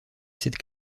cette